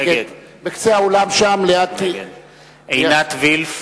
נגד עינת וילף,